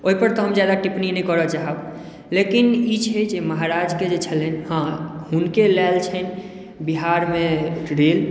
ओहि पर तऽ हम जादा टिप्पणी नहि कऽरऽ चाहब लेकिन ई छै जे महाराजके जे छलनि हुनके लायल छनि बिहारमे रेल